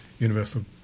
Universal